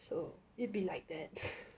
so it'd be like that